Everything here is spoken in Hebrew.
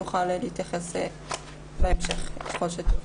הנציגה תוכל להתייחס לזה ככל שתרצה,